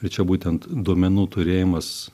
ir čia būtent duomenų turėjimas